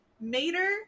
mater